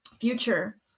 future